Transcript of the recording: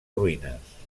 ruïnes